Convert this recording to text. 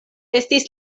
estis